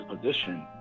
position